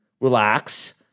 Relax